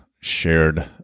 shared